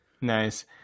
Nice